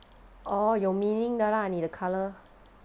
orh 有 meaning 的啦你的 colour